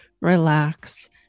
relax